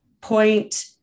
point